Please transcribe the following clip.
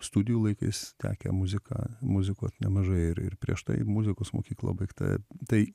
studijų laikais tekę muziką muzikuot nemažai ir ir prieš tai muzikos mokykla baigta tai